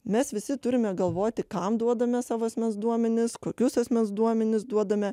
mes visi turime galvoti kam duodame savo asmens duomenis kokius asmens duomenis duodame